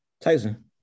Tyson